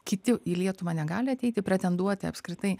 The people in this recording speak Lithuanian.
kiti į lietuvą negali ateiti pretenduoti apskritai